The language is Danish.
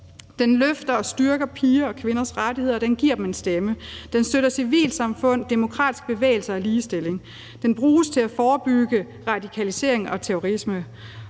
Den løfter og styrker piger og kvinders rettigheder, og den giver dem en stemme. Den støtter civilsamfund, demokratiske bevægelser og ligestilling. Den bruges til at forebygge radikalisering og terrorisme.